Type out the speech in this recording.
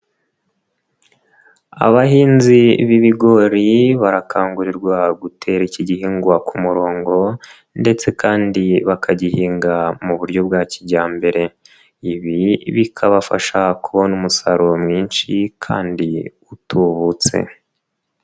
Abahinzi b'ibigori barakangurirwa gutera iki gihingwa ku murongo ndetse kandi bakagihinga mu buryo bwa kijyambere, ibi bikabafasha kubona umusaruro mwinshi kandi utubutse.